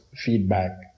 feedback